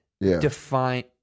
define